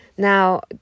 Now